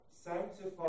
sanctify